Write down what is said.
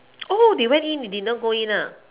oh they went in you did not go in ah